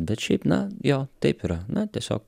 bet šiaip na jo taip yra na tiesiog